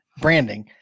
branding